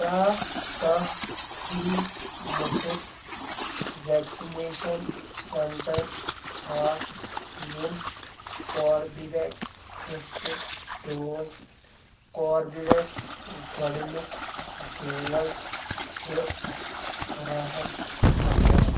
کیٛاہ کانٛہہ فری مُفٕت ویٚکسِنیشن سینٹر چھا یِم کوربِویٚکس فٔسٹ ڈوز کوربِویٚکس گۄڈنیُک ڈوز چھِ فراہَم کران ؟